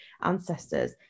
ancestors